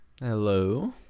Hello